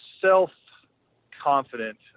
self-confident